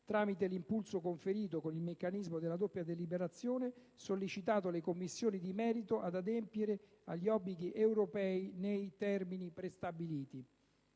tramite l'impulso conferito con il meccanismo della doppia deliberazione, sollecitato le Commissioni di merito ad adempiere agli obblighi europei nei termini prestabiliti.